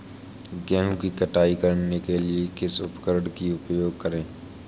गेहूँ की कटाई करने के लिए किस उपकरण का उपयोग करें?